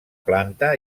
planta